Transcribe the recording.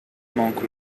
monk